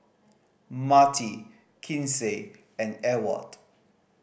Marti Kinsey and Ewald